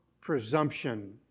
presumption